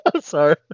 sorry